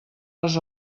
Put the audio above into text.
les